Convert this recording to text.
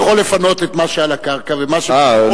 אתה יכול לפנות את מה שעל הקרקע ומה, אה.